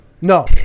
No